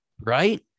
right